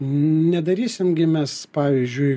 nedarysim gi mes pavyzdžiui